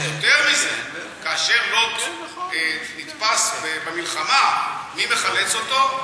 יותר מזה, כאשר לוט נתפס במלחמה, מי מחלץ אותו?